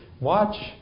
watch